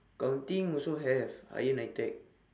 accounting also have higher NITEC